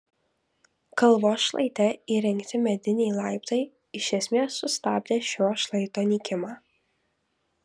kalvos šlaite įrengti mediniai laiptai iš esmės sustabdė šio šlaito nykimą